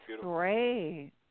great